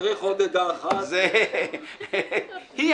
צריך עוד עדה אחת --- היא אמרה.